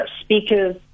speakers